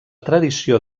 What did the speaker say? tradició